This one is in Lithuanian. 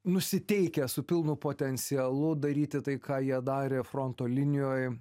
nusiteikę su pilnu potencialu daryti tai ką jie darė fronto linijoj